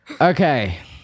Okay